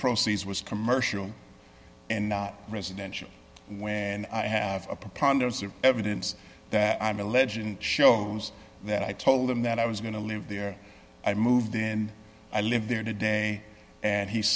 proceeds was commercial and not residential when i have a preponderance of evidence that i'm a legend shows that i told them that i was going to i lived there i moved in and i live there today and he